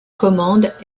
commande